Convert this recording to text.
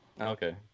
Okay